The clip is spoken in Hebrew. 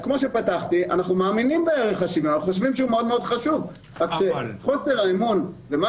אנחנו מאמינים בערך השוויון אבל חוסר האמון ואיך